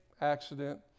accident